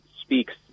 speaks